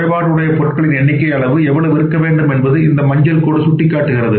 குறைபாடுடைய பொருட்களின் எண்ணிக்கை எவ்வளவு இருக்க வேண்டும் என்பதை இந்த மஞ்சள் கோடு காட்டுகின்றது